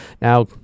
Now